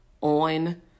on